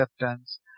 acceptance